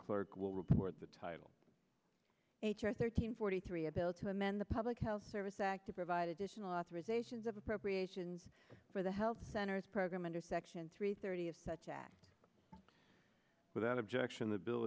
clerk will report the title h r thirteen forty three a bill to amend the public health service act of provide additional authorizations of appropriations for the health centers program under section three thirty of such act with an objection the bill